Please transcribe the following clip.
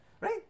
right